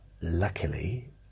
luckily